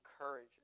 encourage